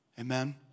Amen